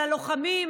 על הלוחמים,